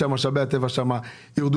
אולי משאבי הטבע שם יירדו,